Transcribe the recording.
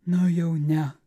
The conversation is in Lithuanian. na jau ne